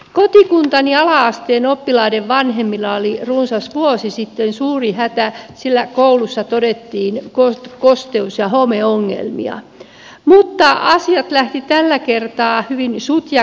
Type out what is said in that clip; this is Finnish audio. kotikuntani ala asteen oppilaiden vanhemmilla oli runsas vuosi sitten suuri hätä sillä koulussa todettiin kosteus ja homeongelmia mutta asiat lähtivät tällä kertaa hyvin sutjakkaasti liikkeelle